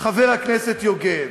חבר הכנסת יוגב.